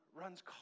runs